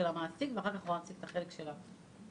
המעסיק ואחר כך נציג את החלק של הפועל.